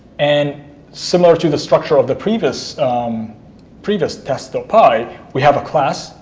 and similar to the structure of the previous previous test py, we have a class,